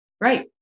Right